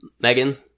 Megan